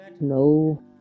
No